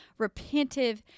repentive